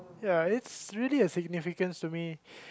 ya it's really a significance to me